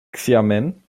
xiamen